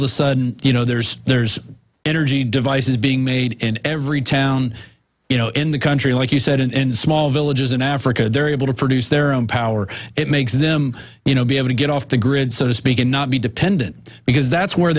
of a sudden you know there's there's energy devices being made in every town you know in the country like you said in small villages in africa they're able to produce their own power it makes them you know be able to get off the grid so to speak and not be dependent because that's where